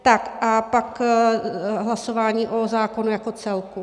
Tak a pak hlasování o zákonu jako celku.